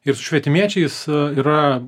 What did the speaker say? ir su švietimiečiais yra